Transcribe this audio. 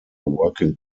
working